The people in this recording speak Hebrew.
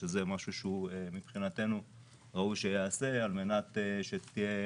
שזה משהו שמבחינתנו ראוי שייעשה על מנת שתהיה